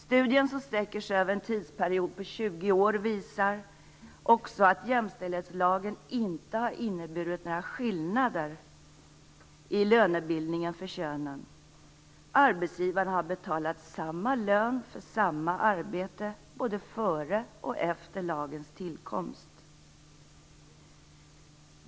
Studien som sträcker sig över en tidsperiod på 20 år visar också att jämställdhetslagen inte har inneburit några skillnader i lönebildningen för könen. Arbetsgivarna har betalat samma lön för samma arbete både före och efter lagens tillkomst.